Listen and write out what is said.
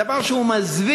דבר שהוא מזוויע,